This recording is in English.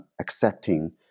accepting